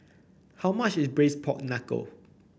how much is Braised Pork Knuckle